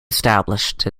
established